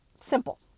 simple